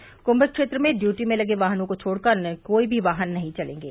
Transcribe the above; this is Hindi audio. कृम्म क्षेत्र में ड्यूटी में लगे वाहनों को छोड़कर अन्य कोई भी वाहन नहीं चलेंगे